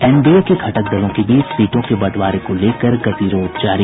NDA के घटक दलों के बीच सीटों के बंटवारे को लेकर गतिरोध जारी